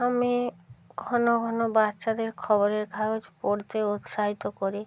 আমি ঘন ঘন বাচ্চাদের খবরের কাগজ পড়তে উৎসাহিত করি